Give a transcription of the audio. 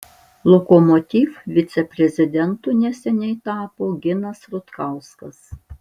lokomotiv viceprezidentu neseniai tapo ginas rutkauskas